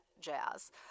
jazz